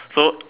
so